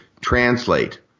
translate